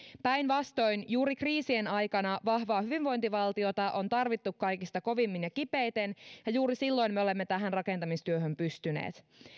päinvastoin juuri kriisien aikana vahvaa hyvinvointivaltiota on tarvittu kaikista kovimmin ja kipeiten ja juuri silloin me olemme tähän rakentamistyöhön pystyneet